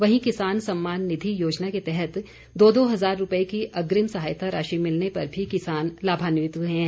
वहीं किसान सम्मान निधि योजना के तहत दो दो हजार रूपए की अग्रिम सहायता राशि मिलने पर भी किसान लाभान्वित हुए हैं